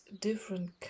different